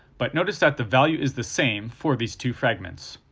but notice that the value is the same for these two fragments.